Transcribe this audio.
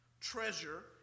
treasure